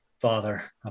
Father